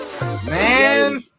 Man